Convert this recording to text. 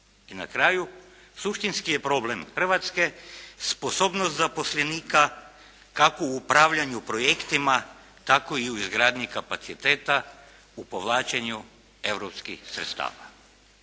I na kraju, suštinski je problem Hrvatske sposobnost zaposlenika kako u upravljanju projektima, tako i u izgradnji kapaciteta u povlačenju europskih sredstava.